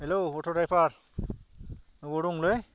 hello अट' driver बबाव दंलै